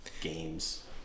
games